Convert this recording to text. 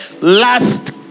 last